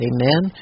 Amen